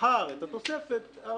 מכר את התוספת הוא